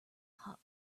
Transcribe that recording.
hot